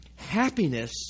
Happiness